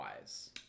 wise